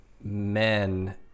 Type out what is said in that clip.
men